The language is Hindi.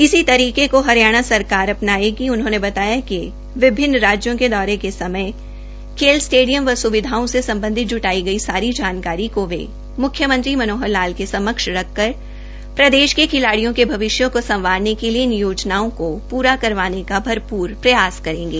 इसी तरीके को हरियाणा सरकार अपनायेंगी उन्होंने बताया कि विभिन्न राज्यों के दौरे के समय खेल स्टेडियमों व स्विधाओं से संबंधित जूटाई गई सारी जानकारी को वे मुख्यमंत्री मनोहर लाल के समक्ष रखकर प्रदेश के खिलाडिय़ों के भविष्य को संवारने के लिए इन योजनाओं को पूरा करवाने का भरपूर प्रयास करेंगे